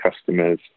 customers